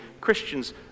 Christians